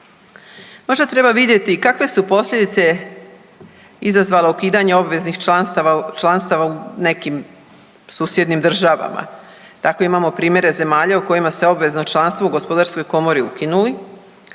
Možda treba vidjeti kakve su posljedice izazvale ukidanje obveznih članstava u nekim susjednim državama. Tako imamo primjere zemalja u kojima se obvezno članstvo u gospodarskoj komori ukinuli,